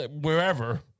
wherever